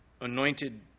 anointed